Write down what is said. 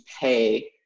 pay